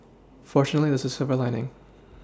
fortunately this is a silver lining